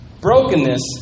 Brokenness